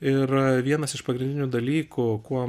ir vienas iš pagrindinių dalykų kuo